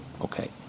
Okay